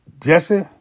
Jesse